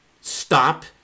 Stop